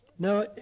Now